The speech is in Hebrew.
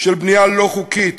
של בנייה לא חוקית